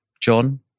John